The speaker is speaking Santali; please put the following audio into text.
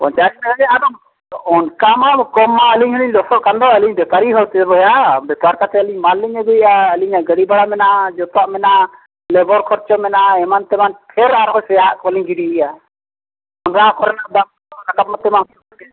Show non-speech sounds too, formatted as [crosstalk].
ᱯᱚᱸᱪᱟᱥᱴᱟᱠᱟ ᱜᱮ ᱟᱫᱚ ᱚᱱᱠᱟ ᱢᱟ ᱠᱚᱢᱟ ᱟᱹᱞᱤᱧ ᱦᱚᱸᱞᱤᱧ ᱞᱚᱥᱚᱜ ᱠᱟᱱ ᱫᱚ ᱟᱹᱞᱤᱧ ᱵᱮᱯᱟᱨᱤ ᱦᱚᱲ ᱥᱮ ᱵᱚᱭᱦᱟ ᱵᱮᱯᱟᱨ ᱠᱟᱛᱮ ᱟᱹᱞᱤᱧ ᱢᱟᱞᱤᱧ ᱟᱹᱜᱩᱭᱮᱜᱼᱟ ᱟᱹᱞᱤᱧᱟᱜ ᱜᱟᱹᱰᱤ ᱵᱷᱟᱲᱟ ᱢᱮᱱᱟᱜᱼᱟ ᱡᱚᱛᱚᱟᱜ ᱢᱮᱱᱟᱜᱼᱟ ᱞᱮᱵᱚᱨ ᱠᱷᱚᱨᱪᱚ ᱢᱮᱱᱟᱜᱼᱟ ᱮᱢᱟᱱ ᱛᱮᱢᱟᱱ ᱯᱷᱮᱨ ᱟᱨᱦᱚᱸ ᱥᱮᱭᱟᱦᱟᱜ ᱠᱚᱞᱤᱧ ᱜᱤᱰᱤᱭᱟ ᱚᱱᱟ ᱠᱚᱨᱮᱱᱟᱜ ᱫᱟᱢ [unintelligible] ᱦᱩᱭᱩᱜ ᱜᱮ